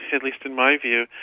at least in my view,